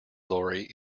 lorry